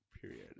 period